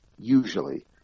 usually